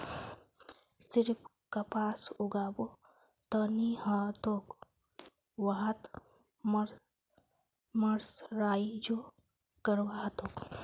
सिर्फ कपास उगाबो त नी ह तोक वहात मर्सराइजो करवा ह तोक